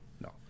No